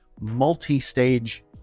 multi-stage